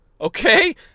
Okay